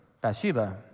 Bathsheba